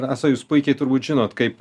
rasa jūs puikiai turbūt žinot kaip